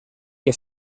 que